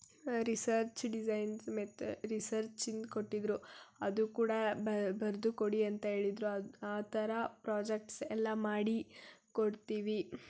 research designs ಮೆಥ researching ಕೊಟ್ಟಿದ್ದರು ಅದು ಕೂಡ ಬರೆದು ಕೊಡಿ ಅಂತ ಹೇಳಿದ್ರು ಆ ಥರ ಪ್ರಾಜೆಕ್ಟ್ಸ್ ಎಲ್ಲ ಮಾಡಿಕೊಡ್ತೀವಿ